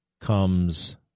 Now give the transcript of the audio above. comes